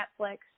Netflix